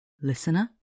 listener